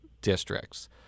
districts